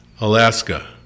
Alaska